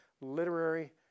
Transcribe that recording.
literary